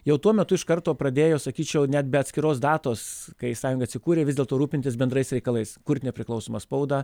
jau tuo metu iš karto pradėjo sakyčiau net be atskiros datos kai sąjunga atsikūrė vis dėlto rūpintis bendrais reikalais kurti nepriklausomą spaudą